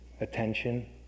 Attention